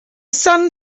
sun